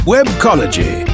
Webcology